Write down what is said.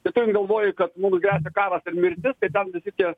tai turint galvoj kad mums gresia karas ir mirtis tai ten visi tie